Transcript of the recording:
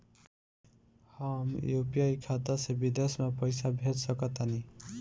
हम यू.पी.आई खाता से विदेश म पइसा भेज सक तानि?